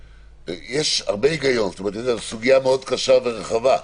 זאת סוגיה מאוד קשה ורחבה,